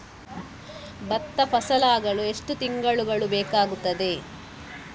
ಭತ್ತ ಫಸಲಾಗಳು ಎಷ್ಟು ತಿಂಗಳುಗಳು ಬೇಕಾಗುತ್ತದೆ?